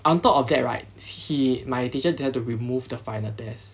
on top of that right he my teacher they all they had to remove the final test